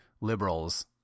liberals